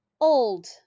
Old